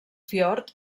fiord